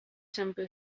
simple